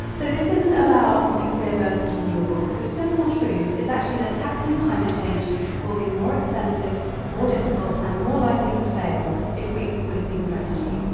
so, this isn't about nuclear versus renewables. the simple truth is actually that tackling climate change will be more expensive, more difficult and more likely to fail if we exclude nuclear energy.